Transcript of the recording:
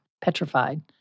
petrified